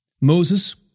Moses